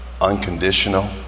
unconditional